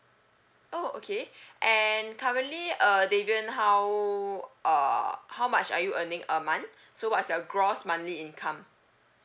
oh okay and currently uh davian how uh how much are you earning a month so what's your gross monthly income